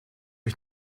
ich